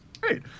Great